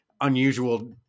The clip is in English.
unusual